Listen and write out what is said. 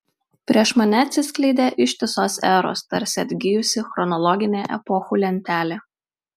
prieš mane atsiskleidė ištisos eros tarsi atgijusi chronologinė epochų lentelė